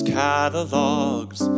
catalogs